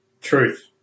Truth